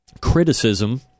criticism